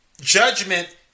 Judgment